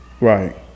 Right